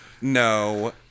No